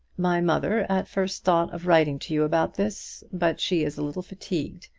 my mother at first thought of writing to you about this but she is a little fatigued,